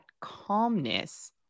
calmness